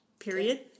Period